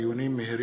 דיון מהיר